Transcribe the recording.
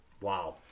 Wow